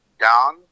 down